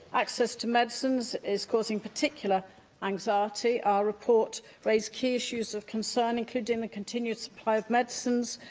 access to medicines is causing particular anxiety. our report raised key issues of concern including the continuous supply of medicines,